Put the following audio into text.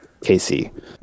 KC